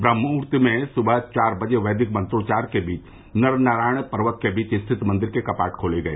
ब्रह्म मुहुत में सुबह चार बजे वैदिक मंत्रोच्चार के बीच नर नारायण पर्वत के बीच स्थित मंदिर के कपाट खोले गए